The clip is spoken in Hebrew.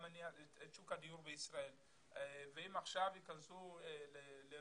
גם מניע את שוק הדיור בישראל ואם עכשיו ייכנסו לרכישת